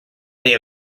they